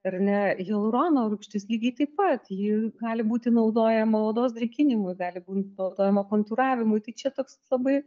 ar ne hialurono rūgštis lygiai taip pat ji gali būti naudojama odos drėkinimui gali būt vartojama kontūravimui tai čia toks labai